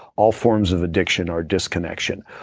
all forms of addiction are disconnection.